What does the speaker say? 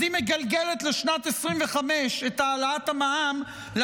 אז היא מגלגלת את העלאת המע"מ לשנת 2025,